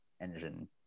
engine